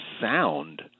sound